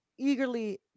eagerly